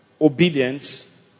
obedience